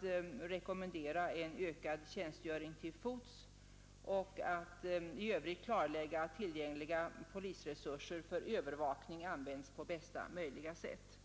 den rekommenderat en ökad tjänstgöring till fots och att man i övrigt skall se till att tillgängliga personalresurser för övervakning används på bästa möjliga sätt.